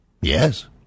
Yes